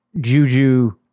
Juju